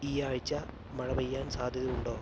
ഈ ആഴ്ച മഴ പെയ്യാൻ സാധ്യത ഉണ്ടോ